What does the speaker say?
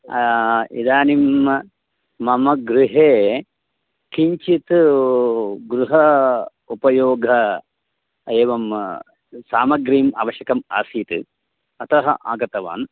इदानीं मम गृहे किञ्चित् गृहे उपयोगाय एवं सामग्री आवश्यकी आसीत् अतः आगतवान्